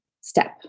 step